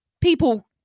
people